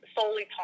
solely